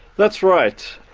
that's right.